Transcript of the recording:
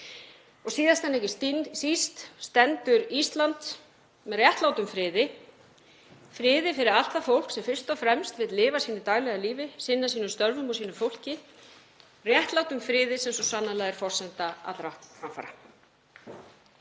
Síðast en ekki síst stendur Ísland með réttlátum friði, friði fyrir allt það fólk sem fyrst og fremst vill lifa sínu daglega lífi, sinna sínum störfum og sínu fólki, réttlátum friði sem svo sannarlega er forsenda allra framfara.